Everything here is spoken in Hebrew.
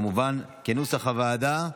כמובן כנוסח הוועדה,